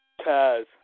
Taz